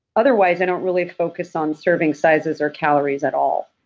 otherwise, i don't really focus on serving sizes or calories at all